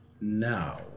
now